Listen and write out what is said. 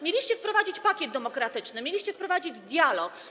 Mieliście wprowadzić pakiet demokratyczny, mieliście prowadzić dialog.